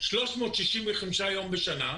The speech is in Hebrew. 365 יום בשנה,